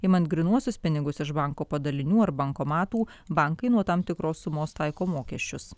imant grynuosius pinigus iš banko padalinių ar bankomatų bankai nuo tam tikros sumos taiko mokesčius